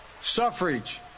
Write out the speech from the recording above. suffrage